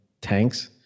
tanks